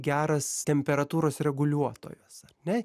geras temperatūros reguliuotojas ar ne